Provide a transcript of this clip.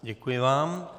Děkuji vám.